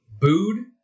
Booed